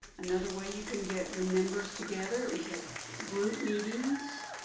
another way you can get your members together is at group meetings.